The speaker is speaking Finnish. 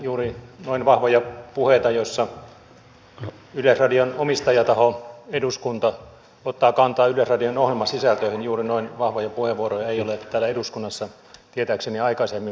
juuri noin vahvoja puheenvuoroja joissa yleisradion omistajataho eduskunta ottaa kantaa yleisradion ohjelmasisältöihin ei ole täällä eduskunnassa tietääkseni aikaisemmin kuultu